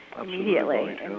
immediately